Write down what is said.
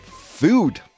Food